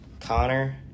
connor